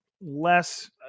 less